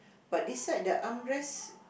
but this side the armrest